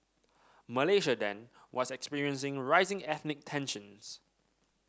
Malaysia then was experiencing rising ethnic tensions